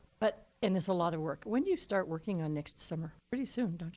but and it's a lot of work. when do you start working on next summer? pretty soon, don't